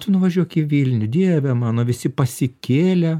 tu nuvažiuok į vilnių dieve mano visi pasikėlę